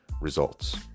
results